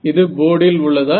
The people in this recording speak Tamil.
இது போர்டில் உள்ளதா